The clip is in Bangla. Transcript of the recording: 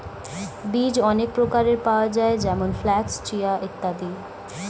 বীজ অনেক প্রকারের পাওয়া যায় যেমন ফ্ল্যাক্স, চিয়া ইত্যাদি